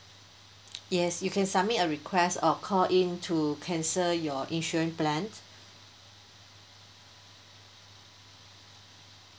yes you can submit a request or call in to cancel your insurance plan